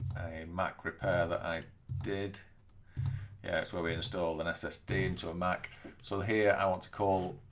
mac repair that i did yeah it's where we installed an ssd into a mac so here i want to call